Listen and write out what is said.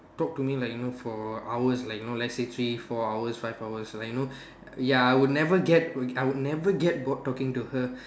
talk to me like you know for hours like you know let's say three four hours five hours like you know ya I would never get I would never get bored talking to her